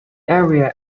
area